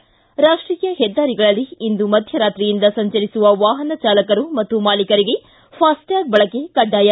್ತಿ ರಾಷ್ವೀಯ ಹೆದ್ದಾರಿಗಳಲ್ಲಿ ಇಂದು ಮಧ್ಯರಾತ್ರಿಯಿಂದ ಸಂಚರಿಸುವ ವಾಹನ ಚಾಲಕರು ಮತ್ತು ಮಾಲೀಕರಿಗೆ ಫಾಸ್ಟ್ಯಾಗ್ ಬಳಕೆ ಕಡ್ನಾಯ